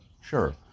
sure